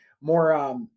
more, –